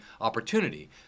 opportunity